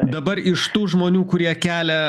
dabar iš tų žmonių kurie kelia